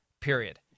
period